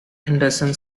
anderson